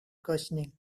questioning